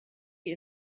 die